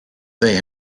they